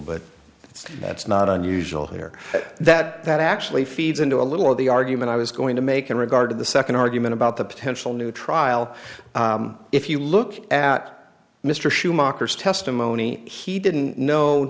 but that's not unusual here that actually feeds into a little of the argument i was going to make in regard to the second argument about the potential new trial if you look at mr schumacher to moni he didn't know